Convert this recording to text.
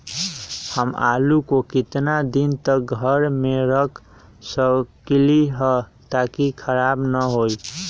हम आलु को कितना दिन तक घर मे रख सकली ह ताकि खराब न होई?